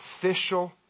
official